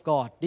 God